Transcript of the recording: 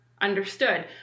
understood